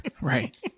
right